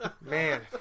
Man